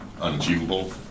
unachievable